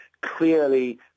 clearly